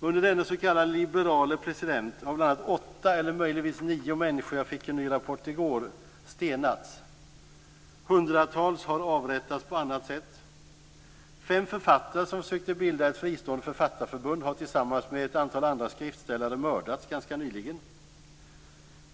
Under denne s.k. liberale president har bl.a. åtta människor - eller möjligtvis nio; jag fick en ny rapport i går - stenats. Hundratals har avrättats på annat sätt. Fem författare som försökte bilda ett fristående författarförbund har tillsammans med ett antal andra skriftställare mördats ganska nyligen.